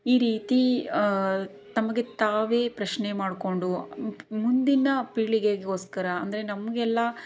ಈ ರೀತಿ ತಮಗೆ ತಾವೇ ಪ್ರಶ್ನೆ ಮಾಡ್ಕೊಂಡು ಮುಂದಿನ ಪೀಳಿಗೆಗೋಸ್ಕರ ಅಂದರೆ ನಮಗೆಲ್ಲ